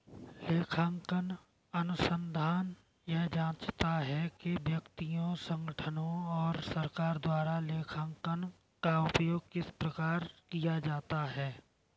लेखांकन अनुसंधान यह जाँचता है कि व्यक्तियों संगठनों और सरकार द्वारा लेखांकन का उपयोग किस प्रकार किया जाता है